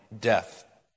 death